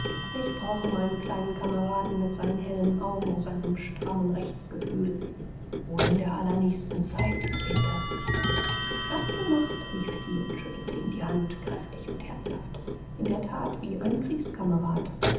ich brauche meinen kleinen kameraden mit seinen hellen augen seinem strammen rechtsgefühl wohl in der allernächsten zeit grete abgemacht rief sie und schüttelte ihm die hand kräftig und herzhaft in der that wie ein